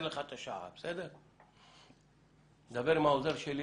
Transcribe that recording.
העוזר שלי